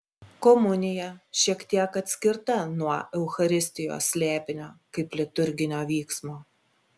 komunija šiek tiek atskirta nuo eucharistijos slėpinio kaip liturginio vyksmo